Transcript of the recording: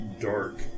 dark